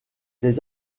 des